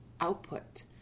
output